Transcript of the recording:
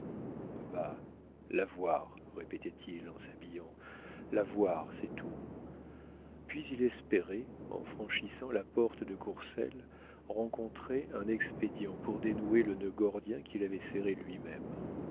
bah la voir répétait-il en s'habillant la voir c'est tout puis il espérait en franchissant la porte de courcelles rencontrer un expédient pour dénouer le nœud gordien qu'il avait serré lui-même